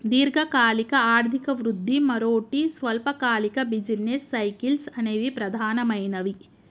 దీర్ఘకాలిక ఆర్థిక వృద్ధి, మరోటి స్వల్పకాలిక బిజినెస్ సైకిల్స్ అనేవి ప్రధానమైనవి